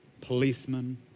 policemen